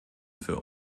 für